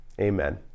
Amen